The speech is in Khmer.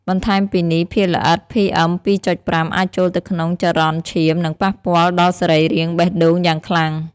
បន្ថែមពីនេះ ភាគល្អិត PM ២.៥ អាចចូលទៅក្នុងចរន្តឈាម និងប៉ះពាល់ដល់សរីរាង្គបេះដូងយ៉ាងខ្លាំង។